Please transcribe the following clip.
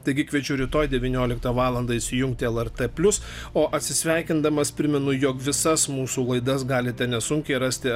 taigi kviečiu rytoj devynioliktą valandą įsijungti lrt plius o atsisveikindamas primenu jog visas mūsų laidas galite nesunkiai rasti